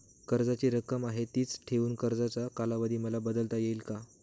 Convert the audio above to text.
कर्जाची रक्कम आहे तिच ठेवून कर्जाचा कालावधी मला बदलता येईल का?